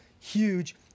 huge